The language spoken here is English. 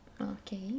okay